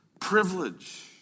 privilege